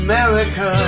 America